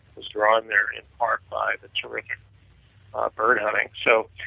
was drawn there in part five a terrific ah bird hunting so,